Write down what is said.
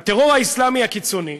הטרור האסלאמי הקיצוני,